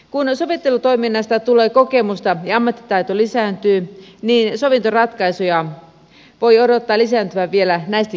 kun sovittelutoiminnasta tulee kokemusta ja ammattitaito lisääntyy niin sovintoratkaisujen voi odottaa lisääntyvän vielä näistäkin luvuista